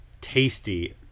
tasty